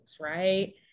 right